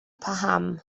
paham